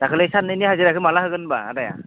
दाख्लै साननैनि हाजिराखो माला होगोन होमब्ला आदाया